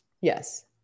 Yes